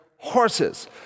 Horses